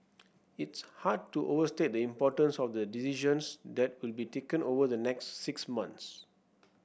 it's hard to overstate the importance of the decisions that will be taken over the next six months